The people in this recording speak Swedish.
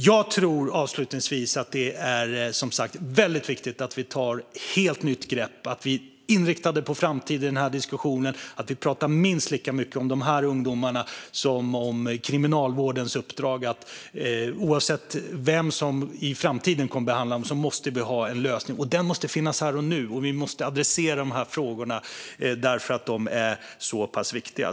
Jag tror, avslutningsvis, att det är väldigt viktigt att vi tar ett helt nytt grepp, att vi är inriktade på framtid i den här diskussionen. Vi måste tala minst lika mycket om de här ungdomarna som om Kriminalvårdens uppdrag: Oavsett vem som i framtiden kommer att behandla dem måste vi ha en lösning, och den måste finnas här och nu, och vi måste adressera de här frågorna för de är så pass viktiga.